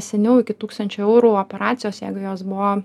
seniau iki tūkstančio eurų operacijos jeigu jos buvo